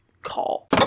call